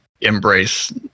embrace